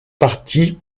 partie